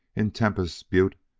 in tempas butte,